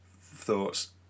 thoughts